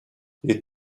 les